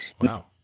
Wow